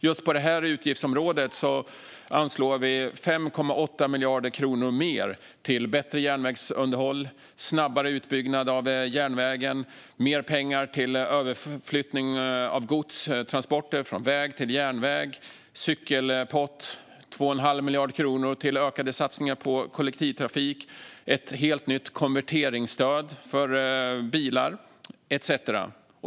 Just på detta utgiftsområde anslår vi 5,8 miljarder kronor mer till bättre järnvägsunderhåll, snabbare utbyggnad av järnvägen, mer pengar till överflyttning av godstransport från väg till järnväg, en cykelpott, 2 1⁄2 miljard kronor till ökade satsningar på kollektivtrafik, ett helt nytt konverteringsstöd för bilar etcetera.